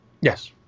Yes